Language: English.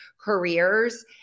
careers